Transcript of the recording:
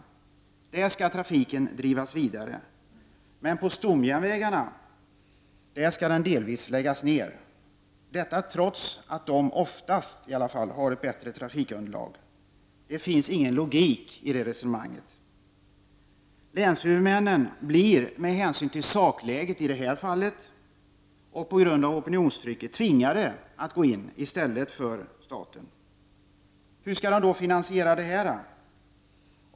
På dessa länsjärnvägar skall trafiken drivas vidare, men på stomjärnvägarna skall den delvis läggas ner, trots att de oftast har bättre trafikunderlag. Det finns ingen logik i det resonemanget. Länshuvudmännen blir med hänsyn till sakläget och opinionstrycket tvingade att gå in i stället för staten. Hur skall de finansiera detta?